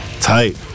tight